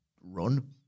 run